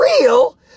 real